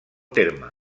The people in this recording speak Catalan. terme